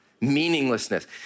meaninglessness